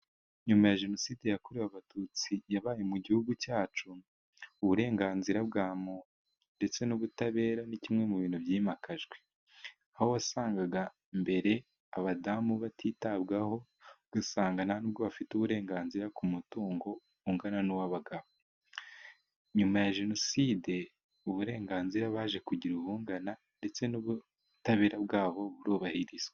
Nyuma ya jenoside yakorewe abatutsi, yabaye mu gihugu cyacu, uburenganzira bwa muntu, ndetse n'ubutabera, ni kimwe mu bintu byimakajwe, aho wasangaga mbere abadamu batitabwaho, ugasanga nta n'ubwo bafite uburenganzira ku mutungo, ungana n'uw'abagabo. Nyuma ya jenoside, uburenganzira baje kugira ubungana, ndetse n'ubutabera bwabo burubahirizwa.